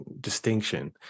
distinction